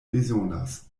bezonas